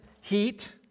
heat